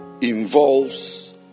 involves